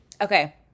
Okay